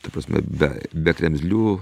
ta prasme be be kremzlių